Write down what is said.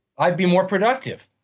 i'd be more productive.